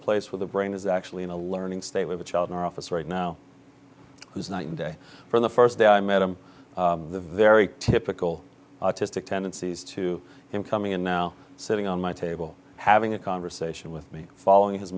place where the brain is actually in a learning state with a child in our office right now who's night and day for the first day i met him the very typical autistic tendencies to him coming in now sitting on my table having a conversation with me following his